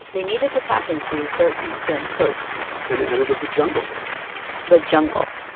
they needed to tap into their eastern coast and and it was a jungle the jungle